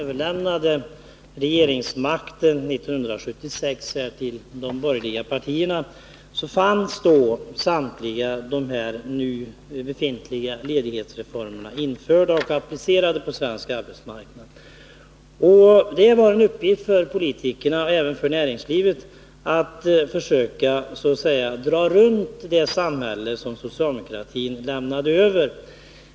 Herr talman! I det paket av trygghetsreformer som förelåg när socialdemokratin 1976 överlämnade regeringsmakten till de borgerliga partierna fanns samtliga de nu befintliga ledighetsreformerna införda och applicerade på svensk arbetsmarknad, och det var en uppgift för politikerna och även för näringslivet att försöka så att säga dra runt det samhälle socialdemokratin lämnade över.